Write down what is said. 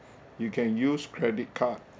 you can use credit card